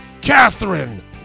Catherine